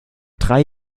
drei